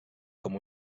com